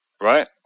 right